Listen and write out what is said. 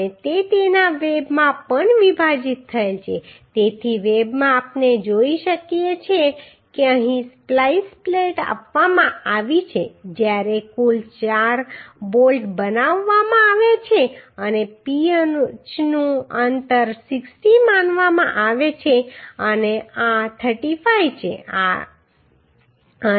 અને તે તેના વેબમાં પણ વિભાજિત થયેલ છે તેથી વેબમાં આપણે જોઈ શકીએ છીએ કે અહીં સ્પ્લાઈસ પ્લેટ આપવામાં આવી છે જ્યારે કુલ ચાર બોલ્ટ બનાવવામાં આવ્યા છે અને પીચનું અંતર 60 માનવામાં આવે છે અને આ 35 છે આ 35 છે